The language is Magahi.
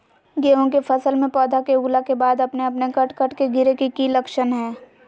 गेहूं के फसल में पौधा के उगला के बाद अपने अपने कट कट के गिरे के की लक्षण हय?